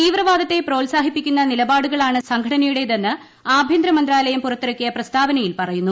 തീവ്രവാദത്തെ പ്രോത്സാഹിപ്പിക്കുന്ന നിലപാടുകളാണ് സംഘടനയുടേതെന്ന് ആഭ്യന്തരമന്ത്രാലയം പുറത്തിറക്കിയ പ്രസ്താവനയിൽ പറയുന്നു